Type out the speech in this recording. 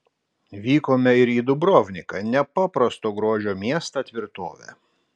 vykome ir į dubrovniką nepaprasto grožio miestą tvirtovę